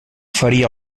faria